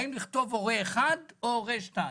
האם לכתוב "הורה 1" ו"הורה 2"?